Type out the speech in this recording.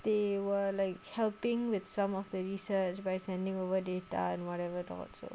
they were like helping with some of the research by sending over data and whatever thoughts are